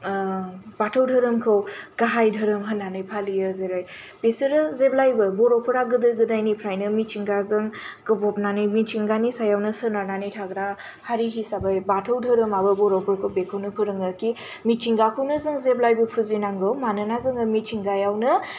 बाथौ धोरोमखौ गाहाइ धोरोम होननानै फालियो जेरै बिसोरो जेब्लाबो बर'फोरा गोदो गोदायनिफ्रायनो मिथिंगाजों गोब्बानानै मिथिंगानि सायावनो सोनारनानै थाग्रा हारि हिसाबै बाथौ धोरोमाबो बर'फोरखौ बेखौनो फोरोङो खि मिथिंगाखौनो जों जेब्लायबो फुजिनांगौ मानोना जोङो मिथिगायावनो